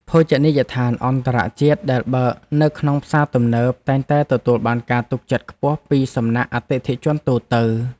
ភោជនីយដ្ឋានអន្តរជាតិដែលបើកនៅក្នុងផ្សារទំនើបតែងតែទទួលបានការទុកចិត្តខ្ពស់ពីសំណាក់អតិថិជនទូទៅ។